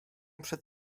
przed